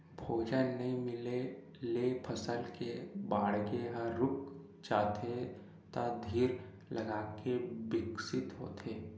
भोजन नइ मिले ले फसल के बाड़गे ह रूक जाथे त धीर लगाके बिकसित होथे